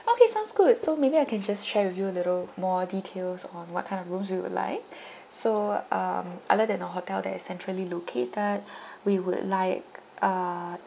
okay sounds good so maybe I can just share with you a little more details on what kind of rooms we would like so um other than a hotel that is centrally located we would like uh